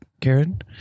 Karen